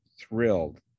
thrilled